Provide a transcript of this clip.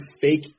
fake